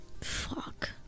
Fuck